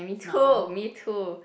me too me too